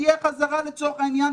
תהיה חזרה לצורך העניין,